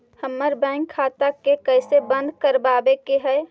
हमर बैंक खाता के कैसे बंद करबाबे के है?